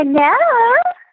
Hello